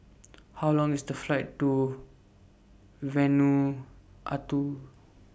How Long IS The Flight to Vanuatu